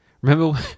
Remember